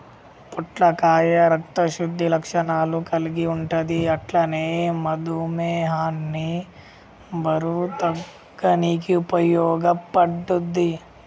పొట్లకాయ రక్త శుద్ధి లక్షణాలు కల్గి ఉంటది అట్లనే మధుమేహాన్ని బరువు తగ్గనీకి ఉపయోగపడుద్ధి